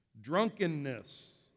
Drunkenness